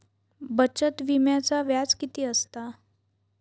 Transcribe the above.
बचत विम्याचा व्याज किती असता?